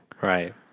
Right